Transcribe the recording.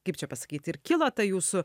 kaip čia pasakyt ir kilo ta jūsų